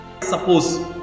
suppose